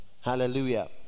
Hallelujah